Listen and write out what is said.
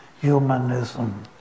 humanism